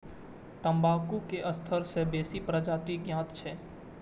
तंबाकू के सत्तर सं बेसी प्रजाति ज्ञात छै